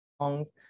songs